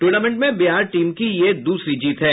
tournament में Bihar team की दूसरी जीत है